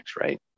right